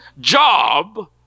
job